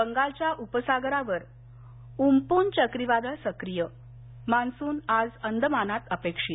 बंगालच्या उपसागरावर उमपून चक्रीवादळ सक्रीय मान्सून आज अंदमानात अपेक्षित